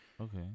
Okay